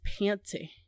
panty